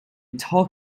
tall